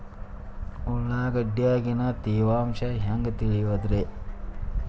ಉಳ್ಳಾಗಡ್ಯಾಗಿನ ತೇವಾಂಶ ಹ್ಯಾಂಗ್ ತಿಳಿಯೋದ್ರೇ?